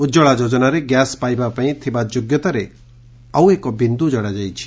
ଉଜଳା ଯୋଜନାରେ ଗ୍ୟାସ ପାଇବା ପାଇଁ ଥିବା ଯୋଗ୍ୟତାରେ ଆଉ ଏକ ବିନ୍ଦୁ ଯୋଡାଯାଇଛି